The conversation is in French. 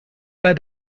pas